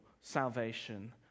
salvation